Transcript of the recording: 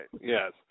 Yes